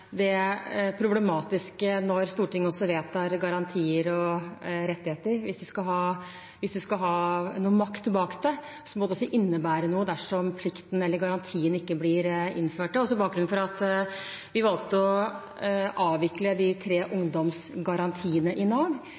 det problematiske når Stortinget skal vedta garantier og rettigheter, at hvis vi skal ha makt bak det, må det også innebære noe dersom plikten eller garantien ikke blir innført. Bakgrunnen for at vi valgte å avvikle de tre ungdomsgarantiene,